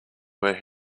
were